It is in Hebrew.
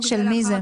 מי נמנע?